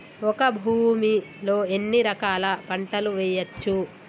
ఒక భూమి లో ఎన్ని రకాల పంటలు వేయచ్చు?